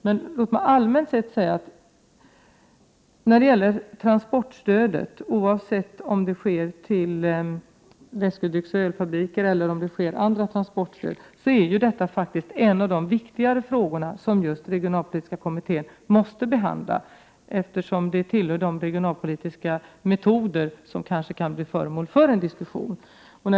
Men låt mig allmänt säga att transportstödet, oavsett om stödet går till läskedrycksoch ölfabriker eller till andra ändamål, är en av de viktigare frågorna som regionalpolitiska kommittén måste behandla, eftersom transportstödet tillhör de regionalpolitiska metoder som kanske kan bli föremål för diskussion.